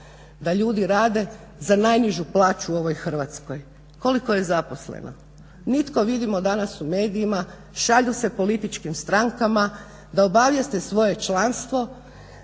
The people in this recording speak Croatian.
da ljudi rade za najnižu plaću u ovoj Hrvatskoj. Koliko je zaposleno? Nitko vidimo danas u medijima, šalju se političkim strankama da obavijeste svoje članstvo